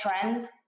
trend